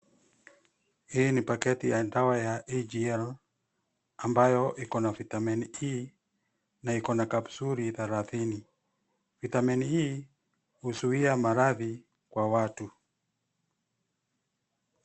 Hii ni paketi ya dawa ya Egl, ambayo iko na Vitamin E , na iko na kapsuli thelathini. Vitamini hii, huzuia maradhi kwa watu.